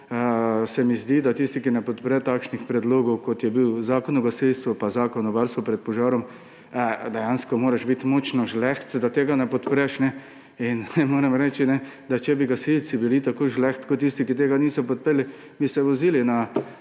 tako zdi, da tisti, ki ne podpre takšnih predlogov, kot je bil Zakon o gasilstvu, pa Zakon o varstvu pred požarom – dejansko moraš biti močno žleht, da tega ne podpreš. Moram reči, da če bi gasilci bili tako žleht kot tisti, ki tega niso podprli, bi se vozili na